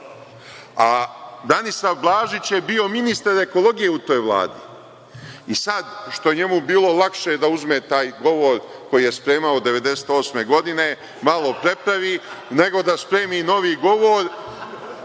Blažić je bio ministar ekologije u toj Vladi i sada što je njemu bilo lakše da uzme taj govor koji je spremao 1998. godine, malo prepravi, nego da spremi novi govor,